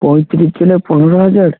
পঁয়ত্রিশ জনের পনেরো হাজার